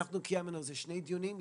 קיימנו על זה שני דיונים.